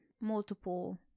multiple